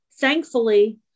thankfully